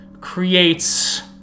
creates